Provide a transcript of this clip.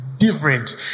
Different